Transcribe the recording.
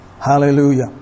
Hallelujah